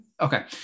Okay